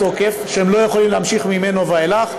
תוקף ולא יכולים להמשיך ממנו ואילך,